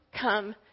come